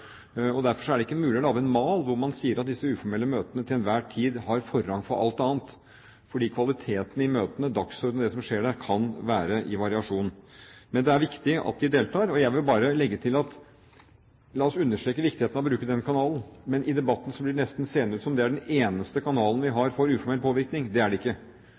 Derfor er det ikke mulig å lage en mal hvor man sier at disse uformelle møtene til enhver tid har forrang foran alt annet, for kvaliteten på møtene, dagsordenen for det som skjer der, kan variere. Men det er viktig at vi deltar, og jeg vil bare legge til: La oss understreke viktigheten av å bruke den kanalen, men i debatten blir det nesten seende ut som om det er den eneste kanalen vi har for uformell påvirkning. Det er det ikke.